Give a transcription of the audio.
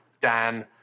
Dan